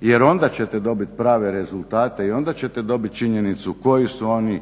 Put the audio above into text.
jer onda ćete dobiti prave rezultate i onda ćete dobiti činjenicu koju su oni